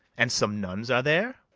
and some nuns are there?